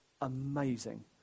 amazing